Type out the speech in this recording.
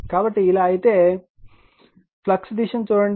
కాబట్టి అలా అయితే ఫ్లక్స్ దిశను చూడండి